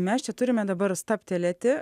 mes čia turime dabar stabtelėti